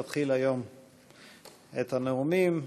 תתחיל היום את הנאומים.